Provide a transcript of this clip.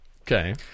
Okay